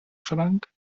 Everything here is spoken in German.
schrank